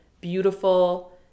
beautiful